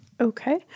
Okay